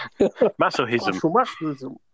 Masochism